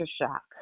shock